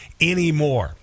anymore